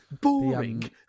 Boring